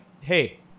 Hey